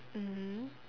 mmhmm